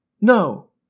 No